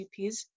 GPs